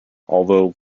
although